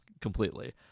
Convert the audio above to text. completely